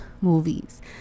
Movies